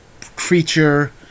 creature